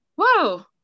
Whoa